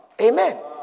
Amen